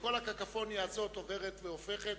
וכל הקקופוניה הזאת עוברת והופכת,